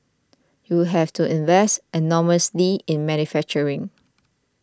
you have to invest enormously in manufacturing